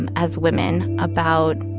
and as women, about